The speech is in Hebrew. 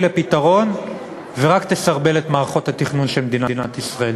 לפתרון ורק תסרבל את מערכות התכנון של מדינת ישראל.